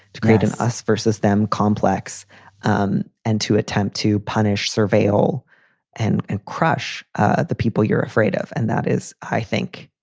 to create an us versus them complex um and to attempt to punish, surveil and and crush the people you're afraid of. and that is, i think,